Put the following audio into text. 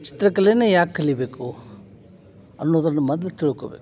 ಚಿತ್ರಕಲೆಯನ್ನೇ ಯಾಕೆ ಕಲಿಯಬೇಕು ಅನ್ನೋದನ್ನು ಮೊದ್ಲ್ ತಿಳ್ಕೋಬೇಕು